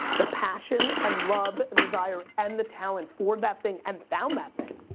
the passion and love and desire and the talent for that thing and found that thing.